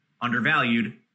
undervalued